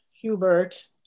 Hubert